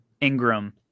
Ingram